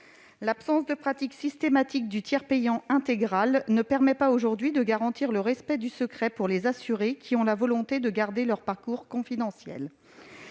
L'absence de pratique systématique du tiers payant intégral ne permet pas, aujourd'hui, de garantir le respect du secret pour les assurées qui ont la volonté de garder leur parcours confidentiel.